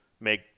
make